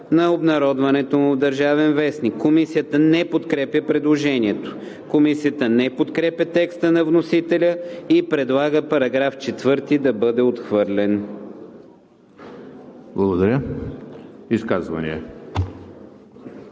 на обнародването им в „Държавен вестник“.“ Комисията не подкрепя предложението. Комисията не подкрепя текста на вносителя и предлага § 4 да бъде отхвърлен. ПРЕДСЕДАТЕЛ